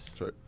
Right